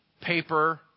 Paper